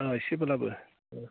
अ' एसेब्लाबो